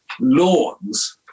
lawns